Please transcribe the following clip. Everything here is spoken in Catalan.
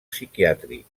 psiquiàtric